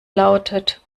lautet